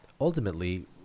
ultimately